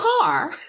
car